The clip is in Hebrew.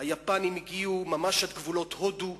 היפנים הגיעו ממש עד גבולות הודו,